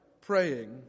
praying